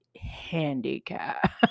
handicap